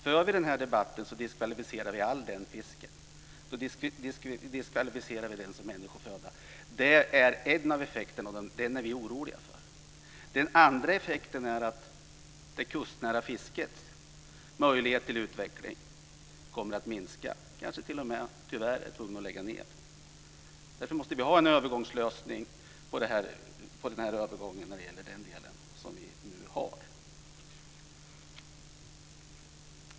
För vi den här debatten diskvalificerar vi all den fisken som människoföda. Det är en av effekterna, och den är vi oroliga för. Den andra effekten är att det kustnära fiskets möjlighet till utveckling kommer att minska, och man kanske t.o.m. tyvärr är tvungen att lägga ned verksamheten. Därför måste vi ha en övergångslösning för den här övergången när det gäller den delen som vi nu har.